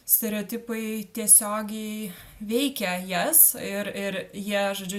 stereotipai tiesiogiai veikia jas ir ir jie žodžiu